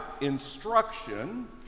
instruction